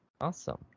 awesome